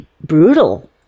brutal